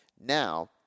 Now